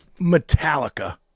metallica